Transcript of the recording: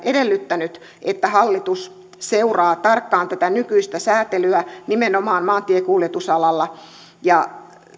edellyttänyt että hallitus seuraa tarkkaan tätä nykyistä säätelyä nimenomaan maantiekuljetusalalla